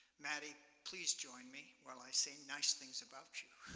maddy, please join me while i say nice things about you.